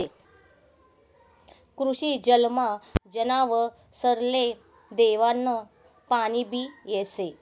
कृषी जलमा जनावरसले देवानं पाणीबी येस